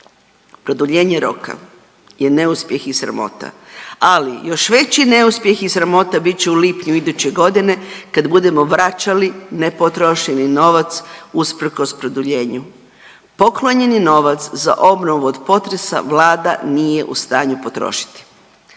Produljenje roka je neuspjeh i sramota, ali još veći neuspjeh i sramota bit će u lipnju iduće godine kad budemo vraćali nepotrošeni novac usprkos produljenju. Poklonjeni novac za obnovu od potresa Vlada nije u stanju potrošiti.